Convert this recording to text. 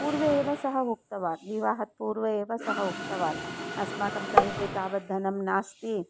पूर्वे एव सः उक्तवान् विवाहात् पूर्वम् एव सः उक्तवान् अस्माकं समीपे तावद्धनं नास्ति